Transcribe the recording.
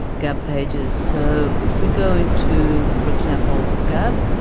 gab pages. so if we go into for example gab.